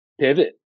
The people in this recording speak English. pivot